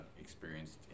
experienced